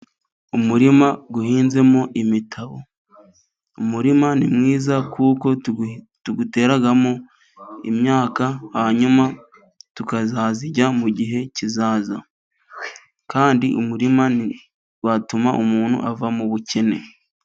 Umurima uhinzemo imitavu. Umurima ni mwiza kuko tuwuteramo imyaka hanyuma tukazayirya mu gihe kizaza, kandi umurima utuma umuntu ava mu bukene.